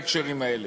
בהקשרים האלה,